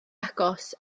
agos